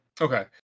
Okay